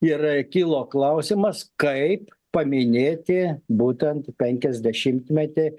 ir kilo klausimas kaip paminėti būtent penkiasdešimtmetį